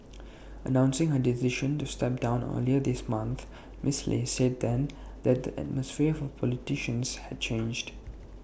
announcing her decision to step down earlier this month miss lee said then that the atmosphere for politicians had changed